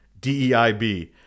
DEIB